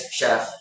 chef